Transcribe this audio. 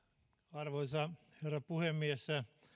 arvoisa herra puhemies